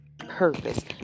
purpose